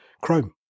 Chrome